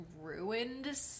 ruined